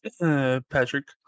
Patrick